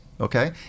Okay